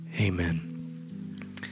amen